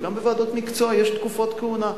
וגם בוועדות מקצוע יש תקופות כהונה.